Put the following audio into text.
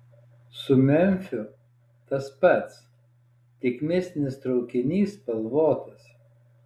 su memfiu tas pats tik mistinis traukinys spalvotas